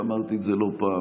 אמרתי את זה לא פעם,